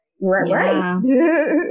Right